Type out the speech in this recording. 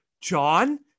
John